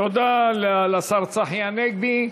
תודה לשר צחי הנגבי.